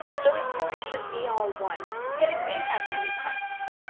though his story should be all one, yet it may have many parts.